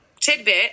Tidbit